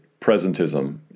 presentism